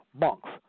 monks